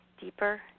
Deeper